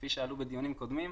כפי שעלה בדיונים קרובים,